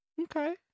okay